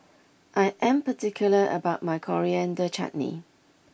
I am particular about my Coriander Chutney